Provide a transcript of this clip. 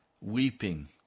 weeping